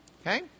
Okay